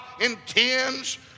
intends